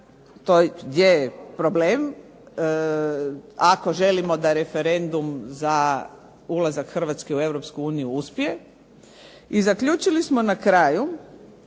to je problem, ako želimo da referendum za ulazak Hrvatske u Europsku uniju uspije. I zaključili smo na kraju,